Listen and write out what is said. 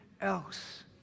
else